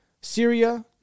Syria